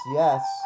yes